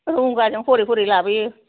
रंगाजों हरै हरै लाबोयो